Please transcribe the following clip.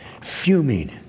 fuming